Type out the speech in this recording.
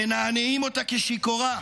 מנענעים אותה כשיכורה,